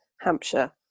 Hampshire